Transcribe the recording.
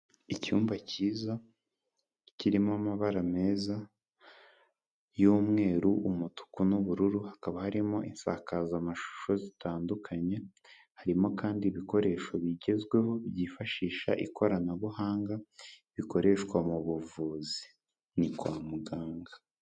Icyumba cyiza kirimo amabara meza y'umweru, umutuku n'ubururu, hakaba harimo insakazamashusho zitandukanye, harimo kandi ibikoresho bigezweho byifashisha ikoranabuhanga bikoreshwa mu buvuzi, ni kwa muganga.